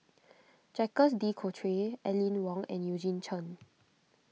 Jacques De Coutre Aline Wong and Eugene Chen